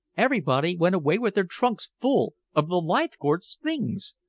everybody went away with their trunks full of the leithcourt's things.